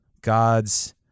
God's